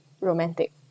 romantic